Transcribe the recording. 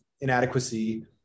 inadequacy